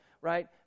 right